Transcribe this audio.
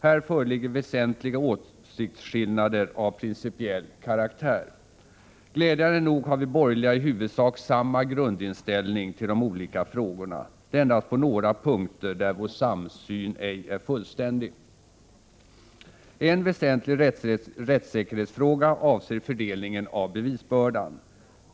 Här föreligger väsentliga åsiktsskillnader av principiell karaktär. Glädjande nog har vi borgerliga i huvudsak samma grundinställning till de olika frågorna. Det är endast på några punkter där vår samsyn ej är fullständig. En väsentlig rättssäkerhetsfråga avser fördelningen av bevisbördan.